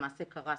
למעשה קרס,